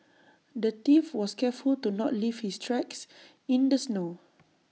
the thief was careful to not leave his tracks in the snow